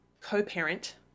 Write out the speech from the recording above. co-parent